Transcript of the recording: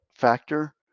factor